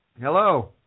Hello